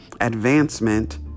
advancement